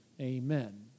Amen